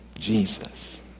Jesus